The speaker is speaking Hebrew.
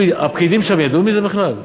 הפקידים שם ידעו מזה בכלל?